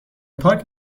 پارک